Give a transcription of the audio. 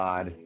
God